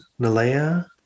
Nalea